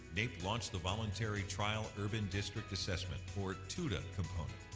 naep launched the voluntary trial urban district assessment, or tuda component,